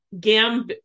gam